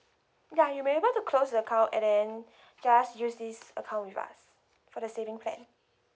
ya you may be able to close the account and then just use this account with us for the saving plan